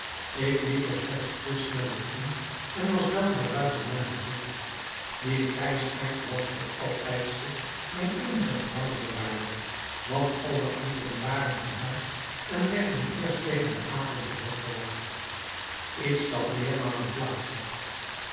ik liep er slechts te sneller om en was weldra buiten zijn gezigt die grijsaard was op dat tijdstip mijn eenige gevangenbewaarder want al de anderen waren van huis en werden eerst tegen den avond terug verwacht iets dat meermalen plaats had